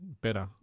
better